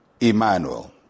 Emmanuel